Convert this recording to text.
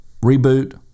reboot